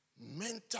mental